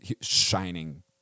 shining